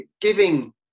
giving